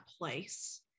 place